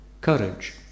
courage